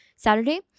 saturday